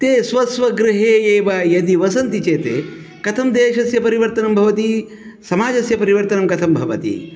ते स्व स्व गृहे एव यदि वसन्ति चेत् कथं देशस्य परिवर्तनं भवति समाजस्य परिवर्तनं कथं भवति